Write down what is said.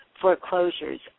Foreclosures